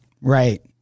Right